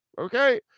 Okay